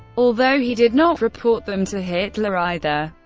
although he did not report them to hitler either.